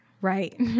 Right